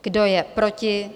Kdo je proti?